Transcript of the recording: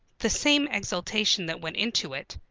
the same exultation that went into it,